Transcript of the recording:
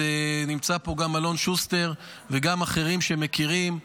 נמצאים פה גם אלון שוסטר וגם אחרים שמכירים: